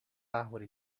árvore